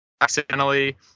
accidentally